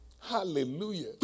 Hallelujah